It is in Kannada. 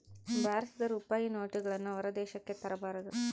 ಭಾರತದ ರೂಪಾಯಿ ನೋಟುಗಳನ್ನು ಹೊರ ದೇಶಕ್ಕೆ ತರಬಾರದು